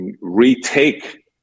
retake